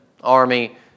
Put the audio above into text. army